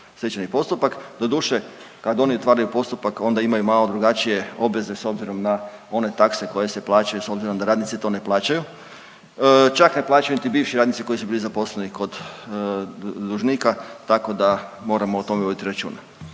stečajni postupak. Doduše kad oni otvaraju postupak onda imaju malo drugačije obveze s obzirom na one takse koje se plaćaju, s obzirom da radnici to ne plaćaju. Čak ne plaćaju niti bivši radnici koji su bili zaposleni kod dužnika tako da moramo o tome voditi računa.